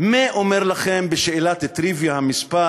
מה אומר לכם, בשאלת טריוויה, המספר